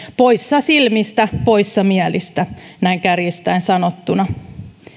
poissa silmistä poissa mielistä näin kärjistäen sanottuna